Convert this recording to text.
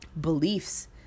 beliefs